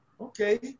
okay